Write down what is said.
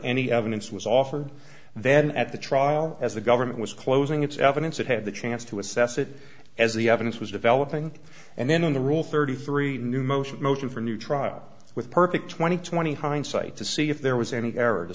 any evidence was offered then at the try well as the government was closing its evidence it had the chance to assess it as the evidence was developing and then in the rule thirty three new motion motion for new trial with perfect two thousand and twenty hindsight to see if there was any error to